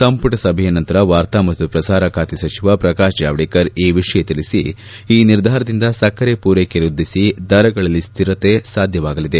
ಸಂಪುಟ ಸಭೆಯ ನಂತರ ವಾರ್ತಾ ಮತ್ತು ಪ್ರಸಾರ ಖಾತೆ ಸಚಿವ ಪ್ರಕಾಶ್ ಜಾವಡೇಕರ್ ಈ ವಿಷಯ ತಿಳಿಸಿ ಈ ನಿರ್ಧಾರದಿಂದ ಸಕ್ಕರೆ ಪೂರೈಕೆ ವೃದ್ಧಿಸಿ ದರಗಳಲ್ಲಿ ಸ್ಥಿತರತೆ ಸಾಧ್ಯವಾಗಲಿದೆ